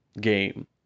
game